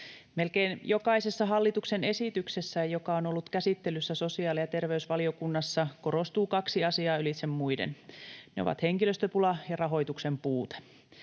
Melkein jokaisessa hallituksen esityksessä, joka on ollut käsittelyssä sosiaali‑ ja terveysvaliokunnassa, korostuu kaksi asiaa ylitse muiden. Ne ovat henkilöstöpula ja rahoituksen puute.